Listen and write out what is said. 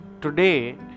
today